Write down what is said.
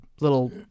little